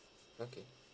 okay